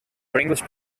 english